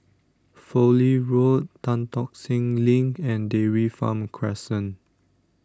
Fowlie Road Tan Tock Seng LINK and Dairy Farm Crescent